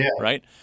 right